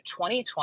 2020